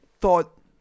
thought